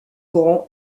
grand